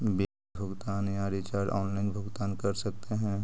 Bill भुगतान या recharge online भुगतान कर सकते हैं?